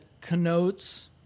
connotes